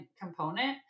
component